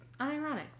unironic